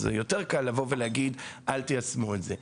אז יותר קל לבוא ולהגיד לא ליישם את זה.